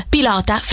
Pilota